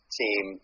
team